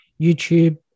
YouTube